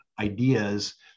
ideas